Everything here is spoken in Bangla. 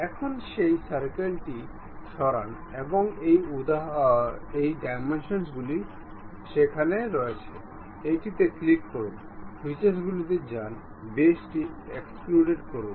এখন সেই সার্কেল টি সরান এবং এর ডাইমেনশনগুলি সেখানে রয়েছে এটিতে ক্লিক করুন ফিচার্সগুলিতে যান বেসটি এক্সট্রুড করুন